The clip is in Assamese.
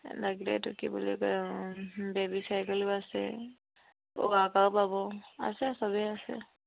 লাগিলেতো কি বুলি কয় বেবী চাইকেলো আছে অঁ ৱাকাৰো পাব আছে চবেই আছে